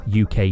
UK